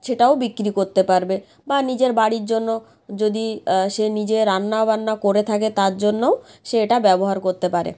সেটাও বিক্রি করতে পারবে বা নিজের বাড়ির জন্য যদি সে নিজে রান্নাবান্না করে থাকে তার জন্যও সে এটা ব্যবহার করতে পারে